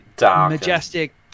majestic